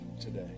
today